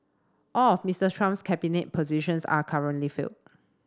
all of Mister Trump's cabinet positions are currently filled